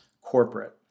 corporate